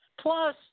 Plus